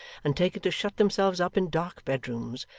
and taken to shut themselves up in dark bedrooms,